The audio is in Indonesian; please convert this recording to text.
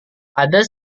ada